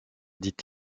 dit